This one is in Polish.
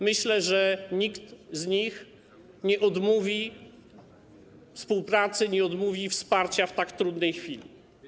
Myślę, że nikt z nich nie odmówi współpracy, nie odmówi wsparcia w tak trudnej chwili.